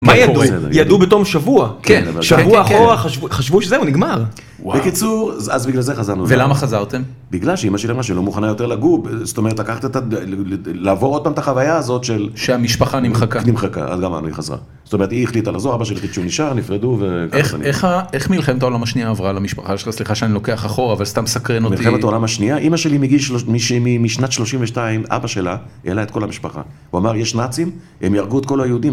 מה ידעו? ידעו בתום שבוע, שבוע אחורה, חשבו שזהו, נגמר. בקיצור, אז בגלל זה חזרנו. ולמה חזרתם? בגלל שאימא שלי, אמרה שהיא לא מוכנה יותר לגור, זאת אומרת לקחת את ה... לעבור עוד פעם את החוויה הזאת של... שהמשפחה נמחקה. נמחקה, אז גמרנו היא חזרה. זאת אומרת, היא החליטה לחזור, אבא שלי החליט שהוא נשאר, נפרדו ו... איך מלחמת העולם השנייה עברה למשפחה שלה? סליחה שאני לוקח אחורה, אבל סתם סקרן אותי. מלחמת העולם השנייה, אימא שלי מגיל משנת 32, אבא שלה, העלה את כל המשפחה. הוא אמר, יש נאצים, הם יהרגו את כל היהודים.